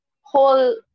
whole